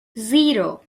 zero